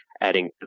adding